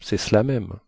cest cela même